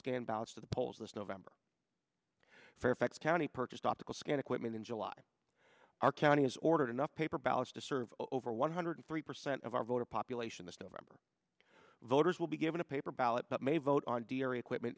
scan ballots to the polls this november fairfax county purchased optical scan equipment in july our county has ordered enough paper ballots to serve over one hundred three percent of our voting population this november voters will be given a paper ballot but may vote on d n a equipment